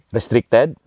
restricted